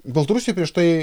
baltarusijoj prieš tai